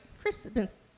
Christmas